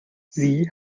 sie